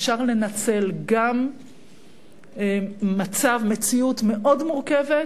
אפשר לנצל גם מציאות מאוד מורכבת